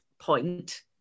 point